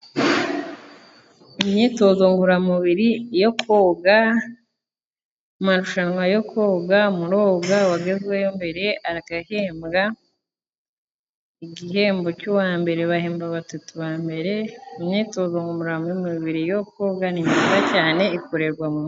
Imyitozo ngororamubiri yo koga. Mu marushanwa yo koga muroga uwagezeyo mbere agahembwa igihembo cy'uwa mbere, bahemba batatu ba mbere. Mu myitozo ngororamubiri yo koga ni myiza cyane, ikorerwa muri pisine.